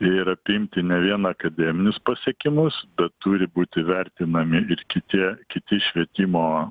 ir apimti ne vien akademinius pasiekimus turi būti vertinami ir kiti kiti švietimo